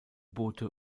boote